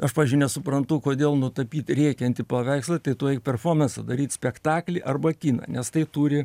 aš pavyzdžiui nesuprantu kodėl nutapyt rėkiantį paveikslą tai tu eik performansą daryt spektaklį arba kiną nes tai turi